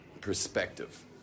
perspective